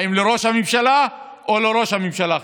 האם לראש הממשלה או לראש הממשלה החלופי.